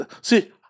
See –